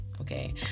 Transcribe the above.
okay